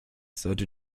sollte